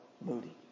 Moody